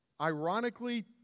ironically